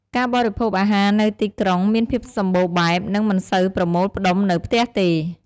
ការបរិភោគអាហារនៅទីក្រុងមានភាពសម្បូរបែប និងមិនសូវប្រមូលផ្ដុំនៅផ្ទះទេ។